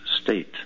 state